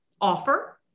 offer